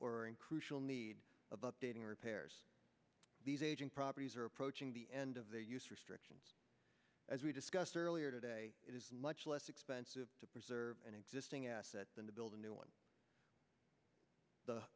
or an crucial need of updating repairs aging properties or approaching the end of the use restrictions as we discussed earlier today it is much less expensive to preserve an existing asset than to build a new one the